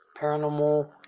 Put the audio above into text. Paranormal